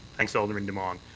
thanks, alderman demong.